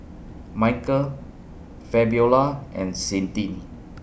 Michael Fabiola and Sydnie